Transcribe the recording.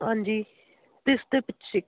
ਹਾਂਜੀ ਅਤੇ ਇਸ ਦੇ ਪਿੱਛੇ